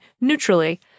neutrally